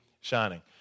shining